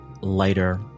lighter